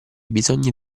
bisogni